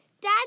Dad